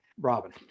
Robin